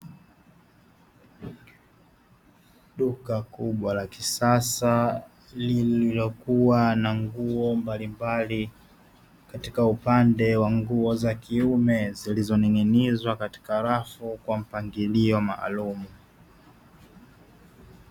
Duka kubwa la kisasa lililokuwa na nguo mbalimbali katika upande wa nguo za kiume, zilizoning'iningwa katika rafu kwa mpangilio maalumu.